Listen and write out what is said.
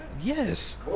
Yes